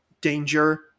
danger